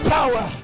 power